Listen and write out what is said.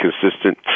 consistent